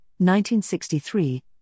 1963